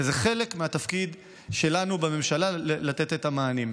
זה חלק מהתפקיד שלנו בממשלה, לתת את המענים.